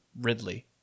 Ridley